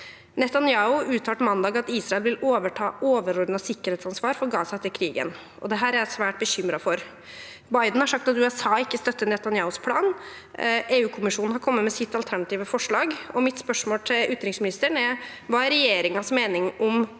Netanyahu uttalte mandag at Israel vil overta det overordnede sikkerhetsansvaret for Gaza etter krigen. Dette er jeg svært bekymret for. Biden har sagt at USA ikke støtter Netanyahus plan. EU-kommisjonen har kommet med sitt alternative forslag. Mitt spørsmål til utenriksministeren er: Hva er regjeringens mening om disse